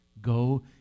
Go